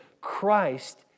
Christ